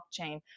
blockchain